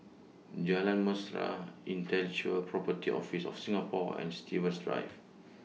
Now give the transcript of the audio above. Jalan Mesra Intellectual Property Office of Singapore and Stevens Drive